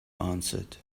answered